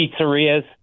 pizzerias